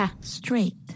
Straight